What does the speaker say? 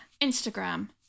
Instagram